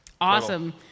Awesome